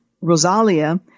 Rosalia